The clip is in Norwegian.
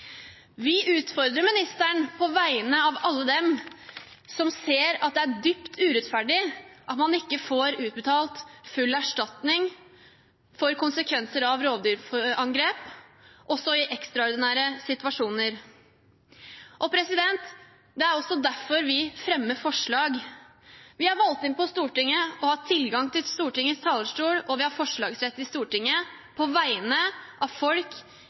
Vi utfordrer ministeren på vegne av alle dem som ser at det er dypt urettferdig at man ikke får utbetalt full erstatning for konsekvenser av rovdyrangrep, også i ekstraordinære situasjoner. Det er også derfor vi fremmer forslag. Vi er valgt inn på Stortinget og har tilgang til Stortingets talerstol. Og vi har forslagsrett i Stortinget på vegne av folk